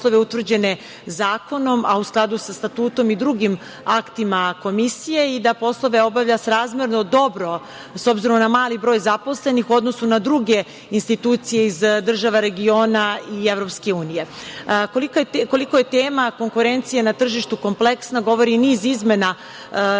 poslove utvrđene zakonom, a u skladu sa Statutom i drugim aktima Komisije, i da poslove obavlja srazmerno dobro s obzirom na mali broj zaposlenih u odnosu na druge institucije iz država regiona i EU.Koliko je tema konkurencije na tržištu kompleksna, govori i niz izmena